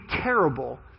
terrible